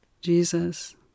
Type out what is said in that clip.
Jesus